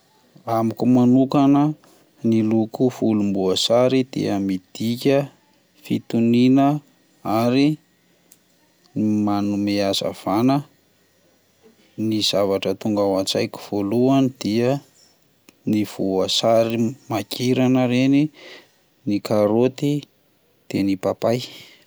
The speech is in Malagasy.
Amiko manokana ny loko volom-boasary dia midika fitonihana ary manome hazavana, ny zavatra tonga ao an-tsaiko voalohany dia ny voasary makirana ireny, ny karoty, de ny papay.